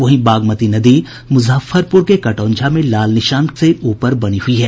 वहीं बागमती नदी मुजफ्फरपुर के कटौंझा में लाल निशान से ऊपर बनी हुयी है